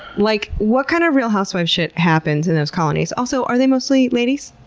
like what kind of real housewives shit happens in those colonies? also, are they mostly ladies?